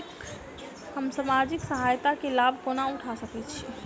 हम सामाजिक सहायता केँ लाभ कोना उठा सकै छी?